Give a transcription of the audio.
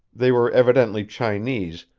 they were evidently chinese,